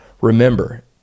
Remember